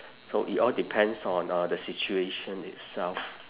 so it all depends on uh the situation itself